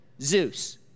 Zeus